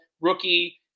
rookie